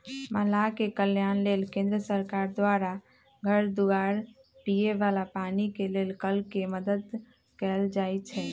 मलाह के कल्याण लेल केंद्र सरकार द्वारा घर दुआर, पिए बला पानी के लेल कल के मदद कएल जाइ छइ